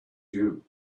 you